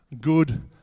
good